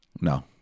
No